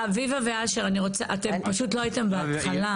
אביבה ואשר, אני רוצה, אתם פשוט לא הייתם בהתחלה.